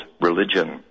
religion